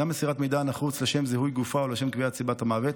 גם מסירת מידע הנחוץ לשם זיהוי גופה או לשם קביעת סיבת מוות,